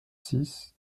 six